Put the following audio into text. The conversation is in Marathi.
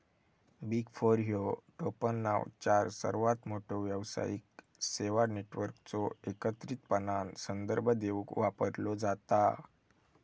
बिग फोर ह्यो टोपणनाव चार सर्वात मोठ्यो व्यावसायिक सेवा नेटवर्कचो एकत्रितपणान संदर्भ देवूक वापरलो जाता